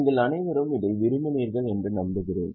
நீங்கள் அனைவரும் இதை விரும்பினீர்கள் என்று நம்புகிறேன்